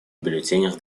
бюллетенях